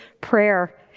prayer